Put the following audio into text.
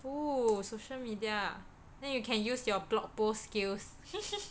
oo social media ah then you can use your blog post skills